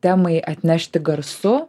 temai atnešti garsu